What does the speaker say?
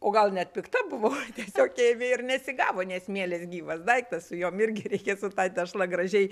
o gal net pikta buvau tiesiog ėmė ir nesigavo nes mielės gyvas daiktas su jom irgi reikia su ta tešla gražiai